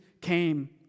came